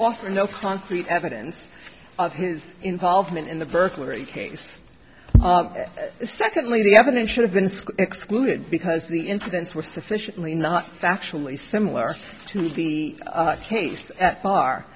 offer no concrete evidence of his involvement in the burglary case secondly the evidence should have been school excluded because the incidents were sufficiently not factually similar to the case at bar